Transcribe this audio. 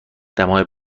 دمای